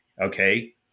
okay